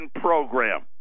program